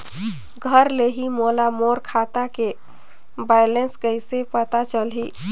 घर ले ही मोला मोर खाता के बैलेंस कइसे पता चलही?